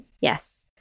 Yes